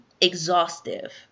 exhaustive